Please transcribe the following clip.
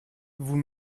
vous